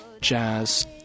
jazz